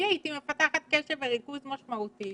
אני הייתי מפתחת קושי קשב וריכוז משמעותי